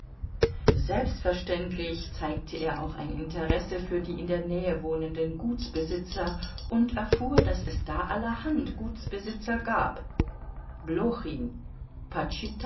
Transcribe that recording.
selbstverständlich zeigte er auch ein interesse für die in der nähe wohnenden gutsbesitzer und erfuhr daß es da allerhand gutsbesitzer gab blochin